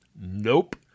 Nope